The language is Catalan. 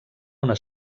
una